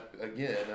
again